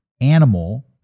animal